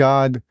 God